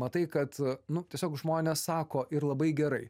matai kad nu tiesiog žmonės sako ir labai gerai